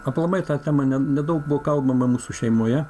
aplamai ta tema nedaug buvo kalbama mūsų šeimoje